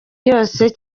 yose